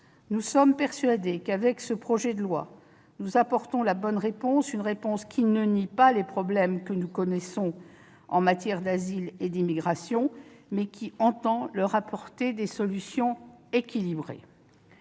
Nous en sommes persuadés, avec ce projet de loi, nous apportons la bonne réponse, une réponse qui ne nie pas les problèmes que nous connaissons en matière d'asile et d'immigration, mais entend leur apporter des solutions équilibrées.